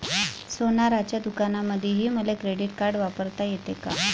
सोनाराच्या दुकानामंधीही मले क्रेडिट कार्ड वापरता येते का?